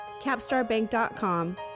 capstarbank.com